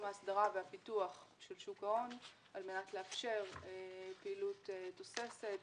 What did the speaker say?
ההסדרה והפיתוח של שוק ההון על מנת לאפשר פעילות תוססת,